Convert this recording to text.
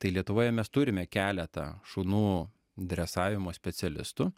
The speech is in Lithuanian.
tai lietuvoje mes turime keletą šunų dresavimo specialistų